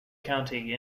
county